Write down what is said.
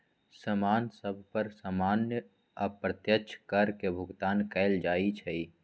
समान सभ पर सामान्य अप्रत्यक्ष कर के भुगतान कएल जाइ छइ